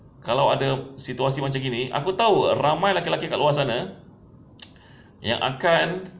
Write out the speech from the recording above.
kalau ada situasi macam gini aku tahu ramai lelaki-lelaki kat luar sana yang akan